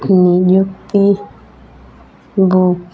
ନିଯୁକ୍ତି ବୁକ୍